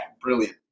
brilliant